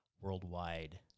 worldwide